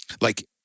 Like-